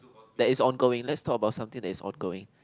that is ongoing let's talk about something that is ongoing